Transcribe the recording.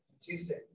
Tuesday